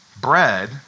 Bread